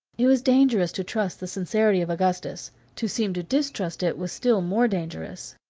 it was dangerous to trust the sincerity of augustus to seem to distrust it was still more dangerous.